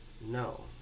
no